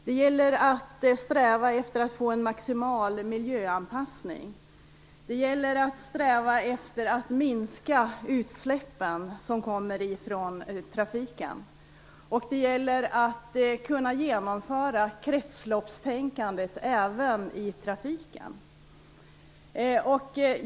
Det gäller att sträva efter att få en maximal miljöanpassning, det gäller att sträva efter att minska utsläppen från trafiken och det gäller att kunna genomföra kretsloppstänkandet även i trafiken.